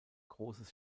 großes